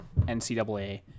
NCAA